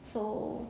so